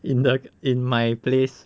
in the in my place